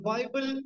Bible